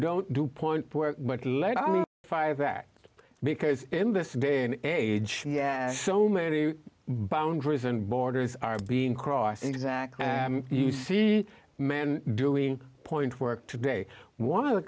don't do point much less five act because in this day and age yeah so many boundaries and borders are being crossed exactly you see men doing point work today one of the